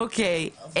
אוקי,